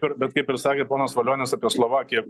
ir bet kaip ir sakė ponas valionis apie slovakiją